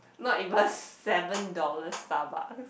not even seven dollar Starbucks